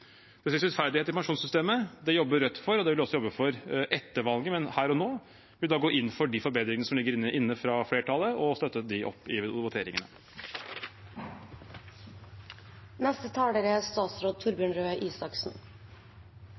Rettferdighet i pensjonssystemet, det jobber Rødt for, og det vil vi også jobbe for etter valget. Men her og nå vil vi gå inn for de forbedringene som ligger inne fra flertallet, og støtte dem i voteringene.